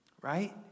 Right